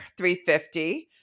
350